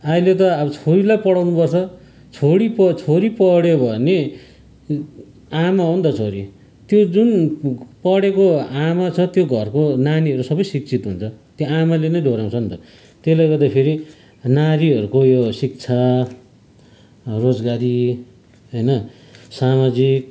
अहिले त अब छोरीलाई पढाउनु पर्छ छोरी प छोरी पढ्यो भने आमा हो नि त छोरी त्यो जुन पढेको आमा छ त्यो घरको नानीहरू सबै शिक्षित हुन्छ त्यो आमाले नै डोहोऱ्यउँछ नि त त्यसले गर्दाखेरि नारीहरूको यो शिक्षा रोजगारी होइन सामाजिक